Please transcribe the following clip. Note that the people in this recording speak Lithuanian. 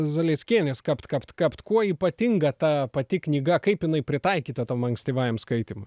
zalieckienės kapt kapt kapt kuo ypatinga ta pati knyga kaip jinai pritaikyta tam ankstyvajam skaitymui